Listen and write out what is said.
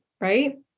right